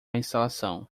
instalação